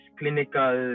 clinical